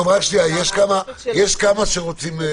נכון.